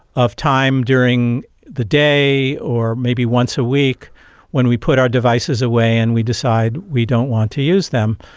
of time during the day or maybe once a week when we put our devices away and we decide we don't want to use them.